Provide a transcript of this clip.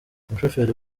umushoferi